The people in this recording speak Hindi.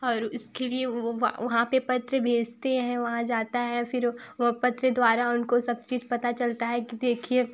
और इसके लिए वे वहाँ पर पत्र भेजते हैं वहाँ जाता है फिर व वह पत्र द्वारा उनको सब चीज़ पता चलती है कि देखिए